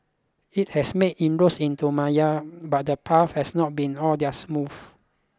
it has made inroads into Myanmar but the path has not been all that smooth